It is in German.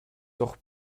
doch